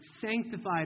sanctified